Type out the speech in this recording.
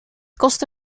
kostte